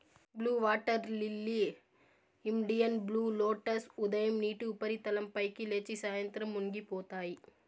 blue water lily, Indian blue lotus ఉదయం నీటి ఉపరితలం పైకి లేచి, సాయంత్రం మునిగిపోతాయి